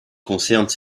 concernent